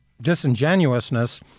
disingenuousness